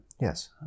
yes